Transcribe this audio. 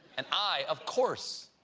and i, of course,